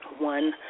one